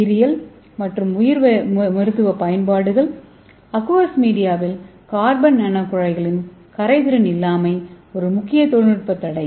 உயிரியல் மற்றும் உயிர் மருத்துவ பயன்பாடுகள் அக்வஸ் மீடியாவில் கார்பன் நானோகுழாய்களின் கரைதிறன் இல்லாமை ஒரு முக்கிய தொழில்நுட்ப தடை